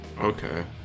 Okay